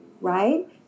Right